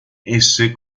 esse